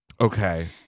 Okay